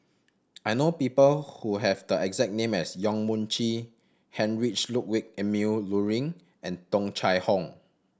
I know people who have the exact name as Yong Mun Chee Heinrich Ludwig Emil Luering and Tung Chye Hong